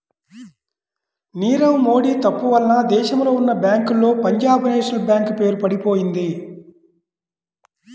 నీరవ్ మోడీ తప్పు వలన దేశంలో ఉన్నా బ్యేంకుల్లో పంజాబ్ నేషనల్ బ్యేంకు పేరు పడిపొయింది